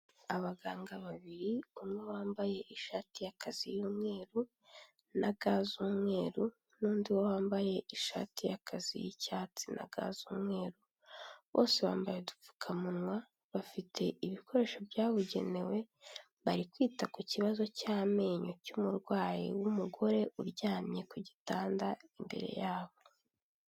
abaganga babiri umwe wambaye ishati y'akazi y'umweru na ga z'umweru n'undi wambaye ishati y'akazi y'icyatsi na ga z'umweru bose bambaye udupfukamunwa bafite ibikoresho byabugenewe bari kwita ku kibazo cy'amenyo cy'umurwayi w'umugore uryamye ku gitanda imbere yabo.